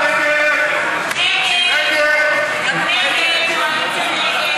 ההצעה שלא לכלול את